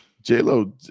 J-Lo